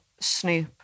snoop